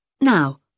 Now